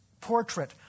portrait